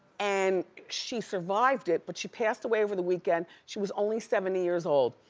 and she survived it but she passed away over the weekend, she was only seventy years old,